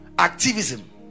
activism